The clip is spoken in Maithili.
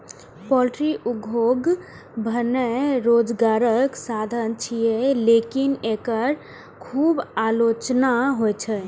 पॉल्ट्री उद्योग भने रोजगारक साधन छियै, लेकिन एकर खूब आलोचना होइ छै